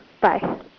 Bye